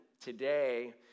today